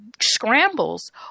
scrambles